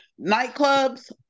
Nightclubs